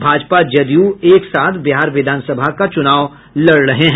भाजपा जदयू एक साथ बिहार विधानसभा का चुनाव लड़ रहे हैं